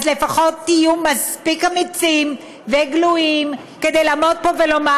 אז לפחות תהיו מספיק אמיצים וגלויים כדי לעמוד פה ולומר: